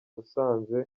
musanze